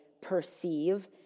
perceive